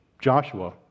Joshua